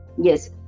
yes